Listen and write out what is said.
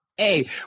Hey